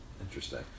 Interesting